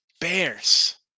Bears